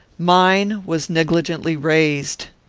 mine was negligently raised.